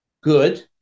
good